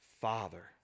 father